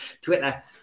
Twitter